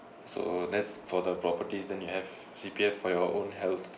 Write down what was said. so that's for the properties than you have C_P_F for your own health